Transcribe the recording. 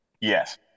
Yes